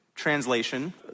translation